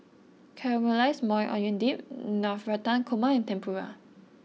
Caramelized Maui Onion Dip Navratan Korma and Tempura